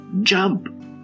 Jump